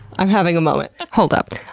i'm having a moment! hold up.